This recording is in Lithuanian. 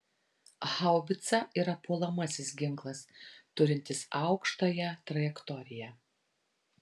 haubica yra puolamasis ginklas turintis aukštąją trajektoriją